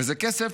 וזה כסף,